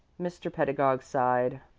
mr. pedagog sighed,